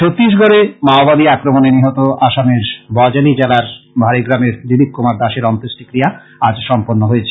ছত্তিশগড়ে মাওবাদী আক্রমনে নিহত আসামের বজালী জেলার ভারেগ্রামের দিলীপ কুমার দাসের অন্ত্যেষ্টিক্রিয়া আজ সম্পন্ন হয়েছে